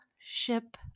Ship